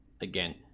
Again